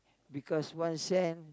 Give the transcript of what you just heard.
because one cent